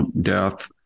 death